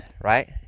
right